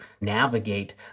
navigate